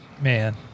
man